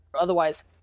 Otherwise